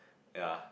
ya